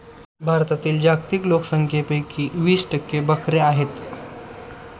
भारतातील जागतिक लोकसंख्येपैकी वीस टक्के बकऱ्या आहेत